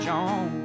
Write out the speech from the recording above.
John